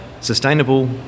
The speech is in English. sustainable